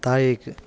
താഴേക്ക്